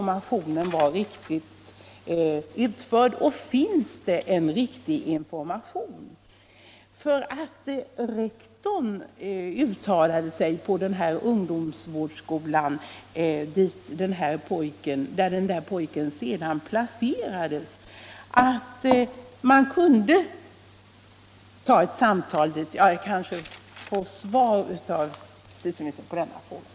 Finns det en riktig information, och har den informationen varit riktigt utförd, så att den nått fram? Rektorn på den ungdomsvårdsskola där pojken senare placerades har uttalat att man ju bara behövt ta ett samtal till skolan. — Jag ber av tidsnöd att först få svar på de tidigare framställda frågorna.